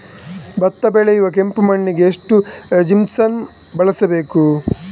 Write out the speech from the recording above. ಭತ್ತ ಬೆಳೆಯುವ ಕೆಂಪು ಮಣ್ಣಿಗೆ ಎಷ್ಟು ಜಿಪ್ಸಮ್ ಬಳಸಬೇಕು?